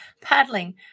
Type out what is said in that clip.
paddling